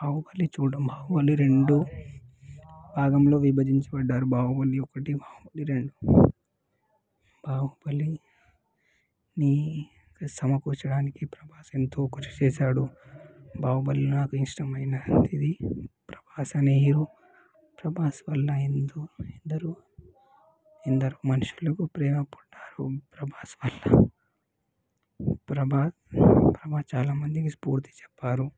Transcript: బాహుబలి చూడడం బాహుబలి రెండు భాగంలో విభజించబడ్డారు బాహుబలి ఒకటి బాహుబలి రెండు బాహుబలిని సమకూర్చడానికి ప్రభాస్ ఎంతో కృషి చేశాడు బాహుబలిలో నాకిష్టమైన అంటిది ప్రభాస్ అనే హీరో ప్రభాస్ వళ్ళ ఎంతో ఎందరో ఎందరో మనుషులు ప్రేమ పడ్డారు ప్రభాస్ వల్ల ప్రభాస్ ప్రభాస్ చాలా మందికి స్ఫూర్తి చెప్పారు